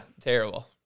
terrible